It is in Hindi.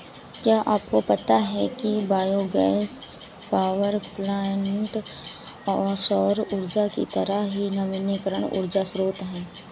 क्या आपको पता है कि बायोगैस पावरप्वाइंट सौर ऊर्जा की तरह ही नवीकरणीय ऊर्जा स्रोत है